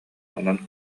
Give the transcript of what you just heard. онон